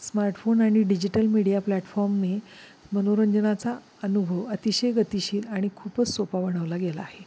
smartphone आणि digital media प्लॅटफॉर्मने मनोरंजनाचा अनुभव अतिशय गतिशील आणि खूपच सोपा बनवला गेला आहे